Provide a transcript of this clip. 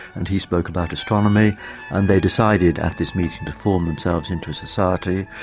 and he spoke about astronomy and they decided at this meeting to form themselves into a society.